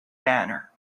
banner